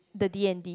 the d_n_d